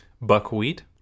Buckwheat